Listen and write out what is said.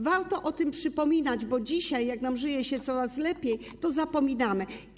Warto o tym przypominać, bo dzisiaj, jak żyje nam się coraz lepiej, to zapominamy.